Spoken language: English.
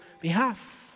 behalf